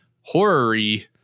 horror-y